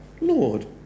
Lord